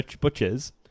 butchers